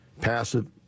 passive